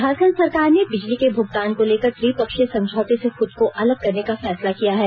झारखंड सरकार ने बिजली के भुगतान को लेकर त्रिपक्षीय समझौते से खुद को अलग करने का फैसला किया है